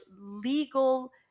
legal